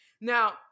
now